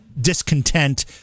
discontent